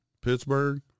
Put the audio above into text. Pittsburgh